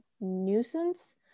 nuisance